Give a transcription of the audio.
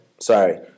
Sorry